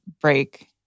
break